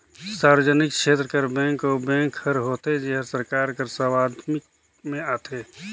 सार्वजनिक छेत्र कर बेंक ओ बेंक हर होथे जेहर सरकार कर सवामित्व में आथे